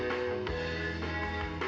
and and